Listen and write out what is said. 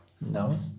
No